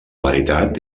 veritat